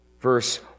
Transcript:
Verse